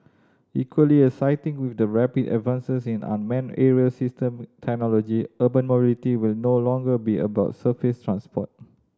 equally exciting with the rapid advances in unmanned aerial system technology urban mobility will no longer be about surface transport